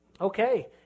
Okay